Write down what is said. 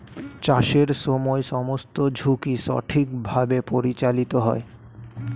চাষের সময় সমস্ত ঝুঁকি সঠিকভাবে পরিচালিত হয়